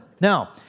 Now